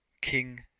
King